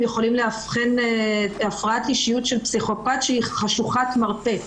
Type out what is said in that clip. יכולים לאבחן הפרעת אישיות של פסיכופת שהיא חשוכת מרפא.